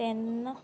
ਤਿੰਨ